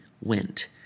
went